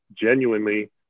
genuinely